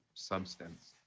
substance